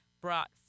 brought